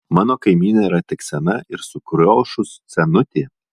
mano kaimynė yra tik sena ir sukriošus senutė